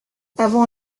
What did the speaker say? avant